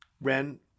Ren